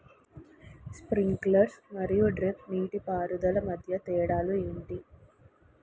Sprinkler మరియు drip నీటిపారుదల మధ్య తేడాలు ఏంటి?